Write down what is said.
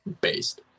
Based